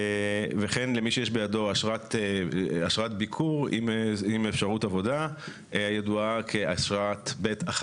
ועל מי שיש בידו אשרת ביקור עם אפשרות עבודה הידועה כאשרת ב'1